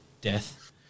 Death